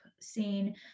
scene